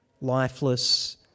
lifeless